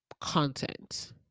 content